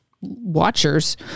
watchers